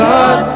God